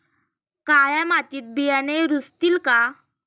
काळ्या मातीत बियाणे रुजतील का?